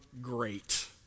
great